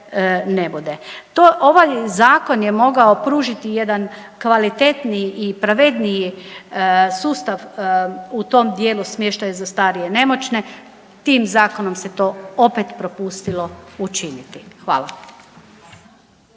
ne bude. To, ovaj zakon je mogao pružiti jedan kvalitetniji i pravedniji sustav u tom dijelu smještaja za starije i nemoćne. Tim zakonom se to opet propustilo učiniti. Hvala.